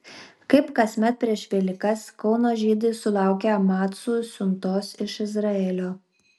kaip kasmet prieš velykas kauno žydai sulaukė macų siuntos iš izraelio